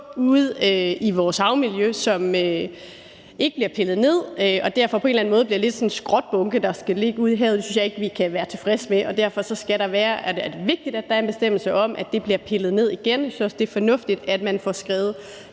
ude i vores havmiljø, som ikke bliver pillet ned og derfor på en eller anden måde lidt bliver sådan en skrotbunke, der skal ligge ude i havet. Det synes jeg ikke vi kan være tilfredse med, og derfor er det vigtigt, at der er en bestemmelse om, at det bliver pillet ned igen. Jeg synes også, det er fornuftigt, at man får skrevet